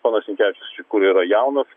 ponas sinkevičius kur yra jaunas